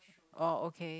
oh okay